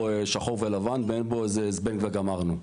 שחור ולבן ואין בו איזה 'זבנג וגמרנו'.